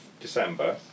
December